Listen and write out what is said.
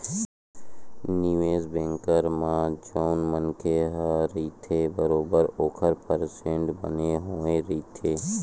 निवेस बेंकर म जउन मनखे ह रहिथे बरोबर ओखर परसेंट बने होय रहिथे